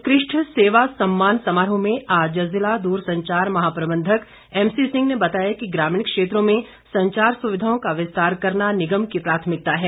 उत्कृष्ठ सेवा सम्मान समारोह में आज ज़िला दूरसंचार महाप्रबंधक एमसीसिंह ने बताया कि ग्रामीण क्षेत्रों में संचार सुविधाओं का विस्तार करना निगम की प्राथमिकता है